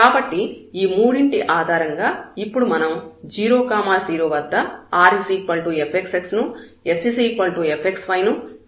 కాబట్టి ఈ మూడింటి ఆధారంగా ఇప్పుడు మనం 0 0 వద్ద r fxx ను s fxy ను t fyy ని లెక్కిస్తాము